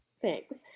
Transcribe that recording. Thanks